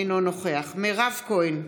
אינו נוכח מירב כהן,